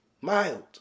mild